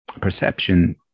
perception